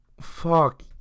Fuck